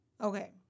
Okay